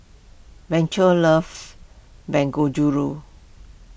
Blanche loves Dangojiru